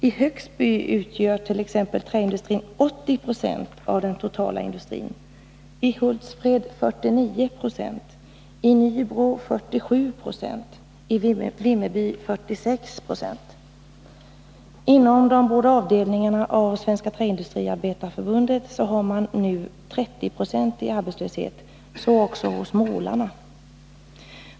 I Högsby utgör t.ex. träindustrin 80 26 av den totala industrin, i Hultsfred 49 26, i Nybro Inom Svenska träindustriarbetareförbundets båda avdelningar noterar man en 30-procentig arbetslöshet. Det gäller också målarna.